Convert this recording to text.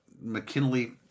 McKinley